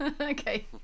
Okay